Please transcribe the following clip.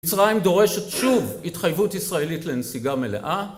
מצרים דורשת שוב התחייבות ישראלית לנסיגה מלאה